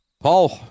Paul